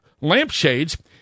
lampshades